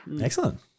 Excellent